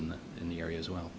in the in the area as well